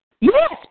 Yes